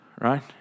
right